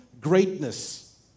greatness